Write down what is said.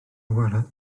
awyren